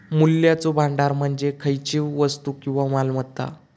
मूल्याचो भांडार म्हणजे खयचीव वस्तू किंवा मालमत्ता